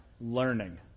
learning